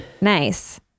Nice